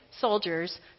soldiers